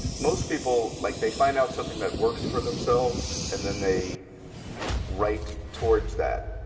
most people, like they find out something that works for themselves, and then they write towards that.